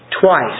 twice